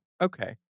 okay